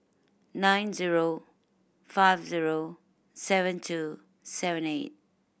nine zero five zero seven two seven eight